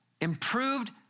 improved